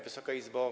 Wysoka Izbo!